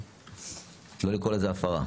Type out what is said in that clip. לא לקרוא לזה הפרה.